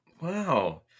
Wow